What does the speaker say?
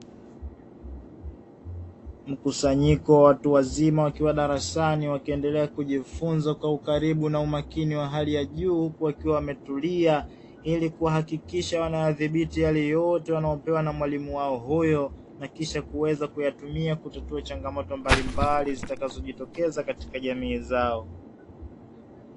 Mkusanyiko wa watu wazima wakiwa darasani, wakiendelea kujifunza kwa ukaribu na umakini wa hali ya juu, huku wakiwa wametulia ili kuhakikisha wanayadhibiti yale yote wanayopewa na mwalimu wao huyo, na kisha kuweza kuyatumia kutatua changamoto mbalimbali zitakazojitokeza katika jamii zao.